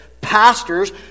Pastors